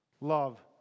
Love